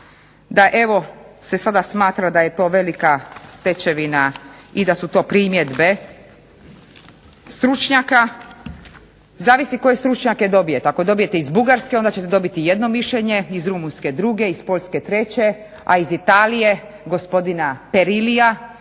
da evo sada se smatra da je to velika stečevina i da su to primjedbe stručnjaka. Zavisi koje stručnjake dobijete. Ako dobijete iz Bugarske onda ćete dobiti jedno mišljenje, iz Rumunjske druge iz POljske treće, a iz Italije gospodina ... koji